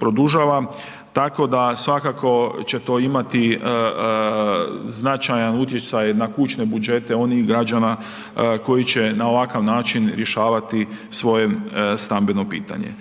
produžava. Tako da svakako će to imati značajan utjecaj na kućne budžete onih građana koji će na ovakav način rješavati svoje stambeno pitanje.